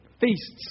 feasts